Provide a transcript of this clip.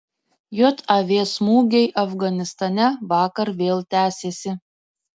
jav smūgiai afganistane vakar vėl tęsėsi